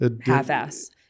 half-ass